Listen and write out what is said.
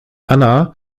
anna